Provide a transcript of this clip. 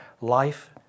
life